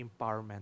empowerment